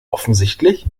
offensichtlich